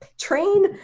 train